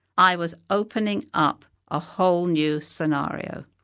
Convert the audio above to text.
i was opening up a whole new scenario.